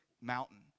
mountain